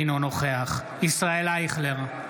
אינו נוכח ישראל אייכלר,